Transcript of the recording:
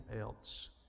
else